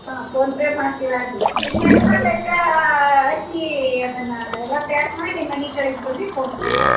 ಹಾಂ PhonePe ಮಾಡ್ತೀವಿ ಯಾಡ್ರಿ ಇನ್ನೆಲ್ಲ ಲೆಕ್ಕ ಹಚ್ಚಿ ಅದನ್ನು ಎಲ್ಲ ಪ್ಯಾಕ್ ಮಾಡಿ ಮನೆಗೆ ಕಳಿಸಿ ಬಿಡ್ರಿ ಫೋನ್ ಪೇ ಮಾಡು